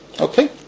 Okay